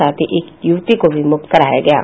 साथ ही एक युवती को भी मुक्त कराया गया है